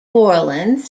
borland